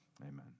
Amen